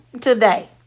Today